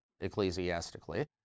ecclesiastically